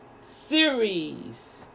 series